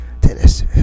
Tennis